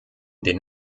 den